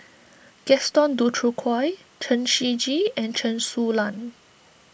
Gaston Dutronquoy Chen Shiji and Chen Su Lan